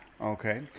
Okay